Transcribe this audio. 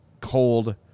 cold